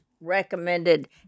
recommended